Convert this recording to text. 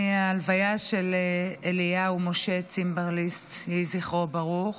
מההלוויה של אליהו משה צימבליסט, יהי זכרו ברוך,